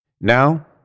Now